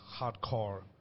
hardcore